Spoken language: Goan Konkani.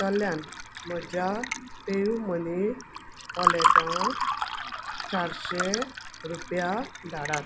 तल्यान म्हज्या सेव मनी वॉलेटान चारशें रुपया धाडात